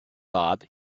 bob